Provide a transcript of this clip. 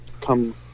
come